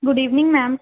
good evening ma'am